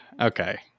Okay